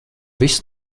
viss